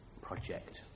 project